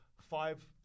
five